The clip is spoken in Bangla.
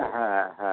হ্যাঁ হ্যাঁ হ্যাঁ